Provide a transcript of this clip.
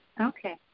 Okay